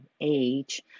age